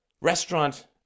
restaurant